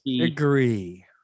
agree